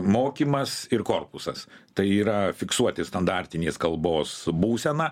mokymas ir korpusas tai yra fiksuoti standartinės kalbos būseną